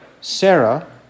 Sarah